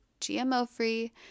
GMO-free